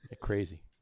crazy